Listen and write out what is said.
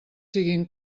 siguin